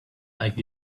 like